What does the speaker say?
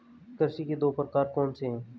कृषि के दो प्रकार कौन से हैं?